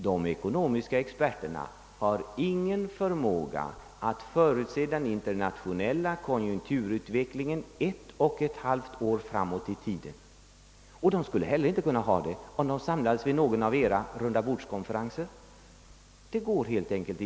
Men dessa experter har ingen förmåga att förutse den internationella konjunkturutvecklingen ett och ett halvt år framåt i tiden. De skulle inte heller ha det, om de samlades vid någon av era rundabordskonferenser.